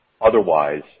Otherwise